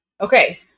Okay